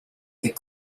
des